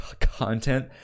content